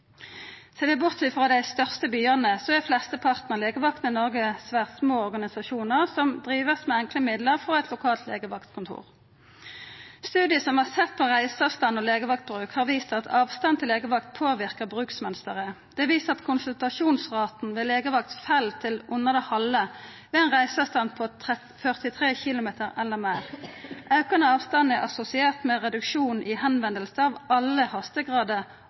Ser vi bort frå dei største byane, er flesteparten av legevaktene i Noreg svært små organisasjonar som vert drivne med enkle midlar frå eit lokalt legevaktkontor. Studiar som har sett på reiseavstand og legevaktbruk, har vist at avstand til legevakta påverkar bruksmønsteret. Det er vist at konsultasjonsraten ved legevaktene fell til under det halve ved ein reiseavstand på 43 km eller meir. Aukande avstand er assosiert med reduksjon i talet på konsultasjonar i alle